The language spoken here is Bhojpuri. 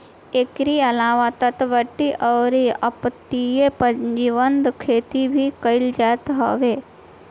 एकरी अलावा तटवर्ती अउरी अपतटीय पिंजराबंद खेती भी कईल जात हवे